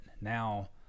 now